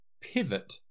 pivot